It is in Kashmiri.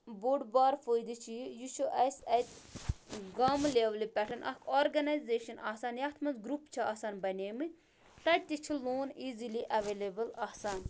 بوٚڑ بار فٲیدٕ چھِ یہِ یہِ چھُ اَسہِ اَتہِ گامہٕ لٮ۪ولہِ پٮ۪ٹھ اَکھ آرگنایزیشَن آسان یَتھ منٛز گرُپ چھِ آسان بَنے مٕتۍ تَتہِ تہِ چھِ لون ایٖزِلی اٮ۪ویلیبٕل آسان